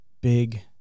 big